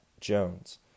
Jones